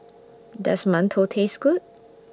Does mantou Taste Good